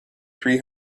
three